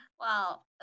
Wow